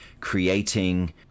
Creating